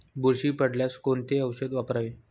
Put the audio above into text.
बुरशी पडल्यास कोणते औषध वापरावे?